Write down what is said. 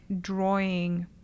drawing